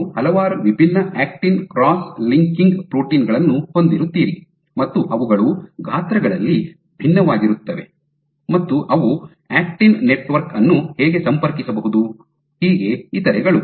ನೀವು ಹಲವಾರು ವಿಭಿನ್ನ ಆಕ್ಟಿನ್ ಕ್ರಾಸ್ ಲಿಂಕಿಂಗ್ ಪ್ರೋಟೀನ್ ಗಳನ್ನು ಹೊಂದಿರುತ್ತೀರಿ ಮತ್ತು ಅವುಗಳು ಗಾತ್ರಗಳಲ್ಲಿ ಭಿನ್ನವಾಗಿರುತ್ತವೆ ಮತ್ತು ಅವು ಆಕ್ಟಿನ್ ನೆಟ್ವರ್ಕ್ ಅನ್ನು ಹೇಗೆ ಸಂಪರ್ಕಿಸಬಹುದು ಮತ್ತು ಇತರೆಗಳು